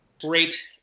great